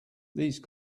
these